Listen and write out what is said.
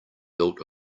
built